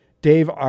Dave